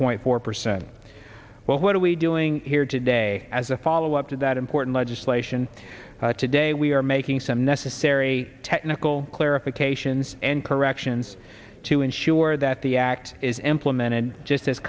point four percent well what are we doing here today as a follow up to that important legislation today we are making some necessary technical clarifications and corrections to ensure that the act is implemented just as